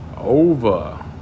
over